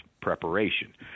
preparation